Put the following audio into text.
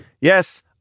Yes